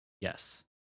Yes